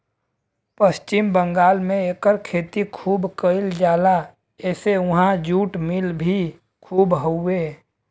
पश्चिम बंगाल में एकर खेती खूब कइल जाला एसे उहाँ जुट मिल भी खूब हउवे